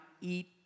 eat